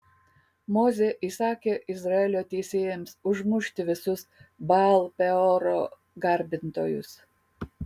mozė įsakė izraelio teisėjams užmušti visus baal peoro garbintojus